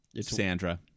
Sandra